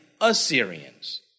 Assyrians